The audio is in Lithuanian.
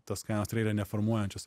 tos kainos tikrai yra neformuojančios